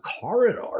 corridor